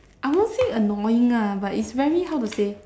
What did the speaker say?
I won't say annoying lah but is very how to say